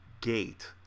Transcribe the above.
Gate